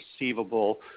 receivable